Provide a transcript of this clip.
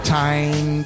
time